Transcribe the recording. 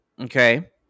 Okay